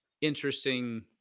interesting